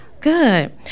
Good